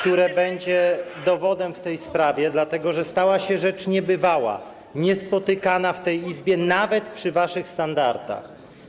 które będzie dowodem w tej sprawie, dlatego że stała się rzecz niebywała, niespotykana w tej Izbie nawet przy waszych standardach.